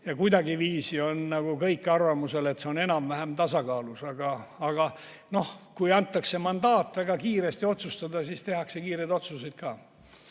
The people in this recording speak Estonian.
ja kuidagiviisi on kõik arvamusel, et see on enam-vähem tasakaalus. Aga jah, kui antakse mandaat väga kiiresti otsustada, siis tehakse kiireid otsuseid ka.